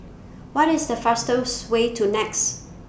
What IS The fastest Way to Nex